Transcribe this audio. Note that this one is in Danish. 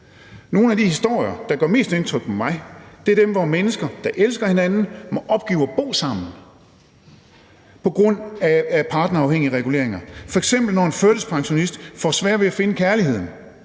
Nogle af de historier, der gør mest indtryk på mig, er dem, hvor mennesker, der elsker hinanden, må opgive at bo sammen på grund af partnerafhængige reguleringer, f.eks. når en førtidspensionist får sværere ved at finde kærligheden,